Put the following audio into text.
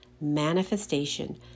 manifestation